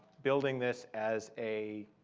building this as a